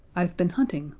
i've been hunting,